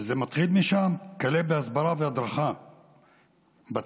זה מתחיל משם, וכלה בהסברה והדרכה בתיכון,